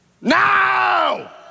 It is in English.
Now